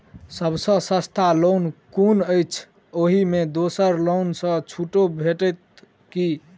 सब सँ सस्ता लोन कुन अछि अहि मे दोसर लोन सँ छुटो भेटत की?